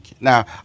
Now